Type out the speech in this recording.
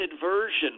version